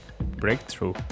breakthrough